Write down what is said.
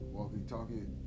Walkie-talkie